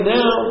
now